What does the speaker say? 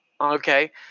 Okay